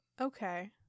Okay